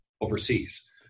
overseas